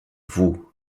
vous